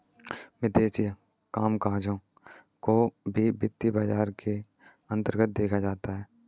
विदेशी कामकजों को भी वित्तीय बाजार के अन्तर्गत देखा जाता है